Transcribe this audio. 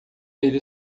ele